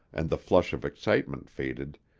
and the flush of excitement faded,